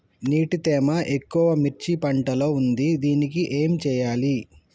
నీటి తేమ ఎక్కువ మిర్చి పంట లో ఉంది దీనికి ఏం చేయాలి?